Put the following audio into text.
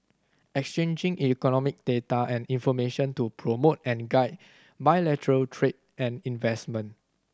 exchanging economic data and information to promote and guide bilateral trade and investment